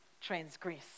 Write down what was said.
transgress